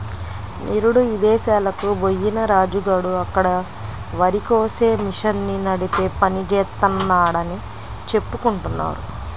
నిరుడు ఇదేశాలకి బొయ్యిన రాజు గాడు అక్కడ వరికోసే మిషన్ని నడిపే పని జేత్తన్నాడని చెప్పుకుంటున్నారు